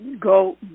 go